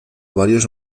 varios